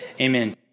Amen